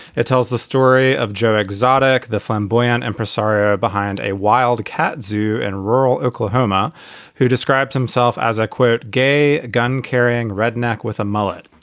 it tells the story of joe exotic, the flamboyant impresario behind a wild cat zoo in rural oklahoma who describes himself as a queer, gay gun carrying redneck with a mullet.